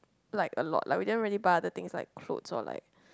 like a lot like we didn't really buy anything else like clothes or like